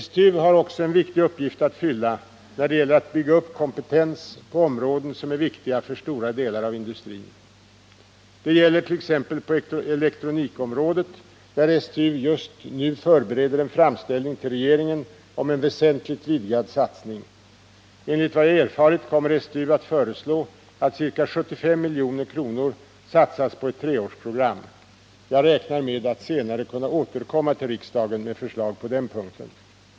STU har också en viktig uppgift att fylla när det gäller att bygga upp kompetens på områden som är viktiga för stora delar av industrin. Det gäller t.ex. på elektronikområdet, där STU just nu förbereder en framställning till regeringen om en väsentligt vidgad satsning. Enligt vad jag erfarit kommer STU att föreslå att ca 75 milj.kr. satsas på ett treårsprogram. Jag räknar med att senare kunna återkomma till riksdagen med förslag på den punkten.